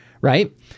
right